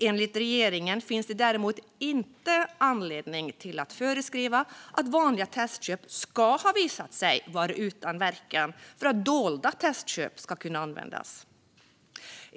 Enligt regeringen finns det däremot inte anledning att föreskriva att vanliga testköp ska ha visat sig vara utan verkan för att dolda testköp ska kunna användas.